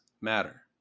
matter